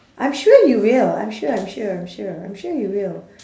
I'm sure he will I'm sure I'm sure I'm sure I'm sure he will